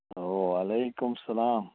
وعلیکُم اسَلام